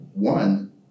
One